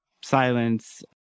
silence